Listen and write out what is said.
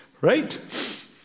Right